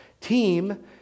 team